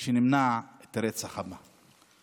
שנמנע את הרצח הבא.